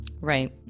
right